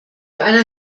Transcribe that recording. einer